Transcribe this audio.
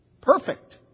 perfect